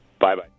Bye-bye